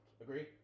Agree